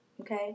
okay